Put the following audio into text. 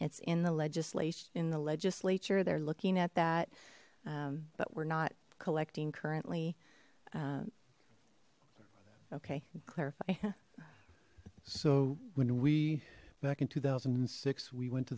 it's in the legislation in the legislature they're looking at that but we're not collecting currently okay clarify so when we back in two thousand and six we went to